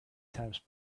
times